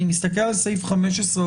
אני מסתכל על סעיף 15,